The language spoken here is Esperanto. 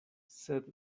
sed